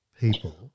people